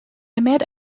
met